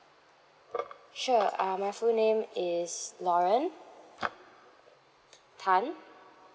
sure uh my full name is lauren tan